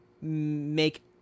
make